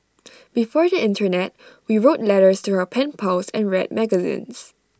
before the Internet we wrote letters to our pen pals and read magazines